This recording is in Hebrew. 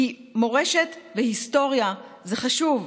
כי מורשת והיסטוריה זה חשוב,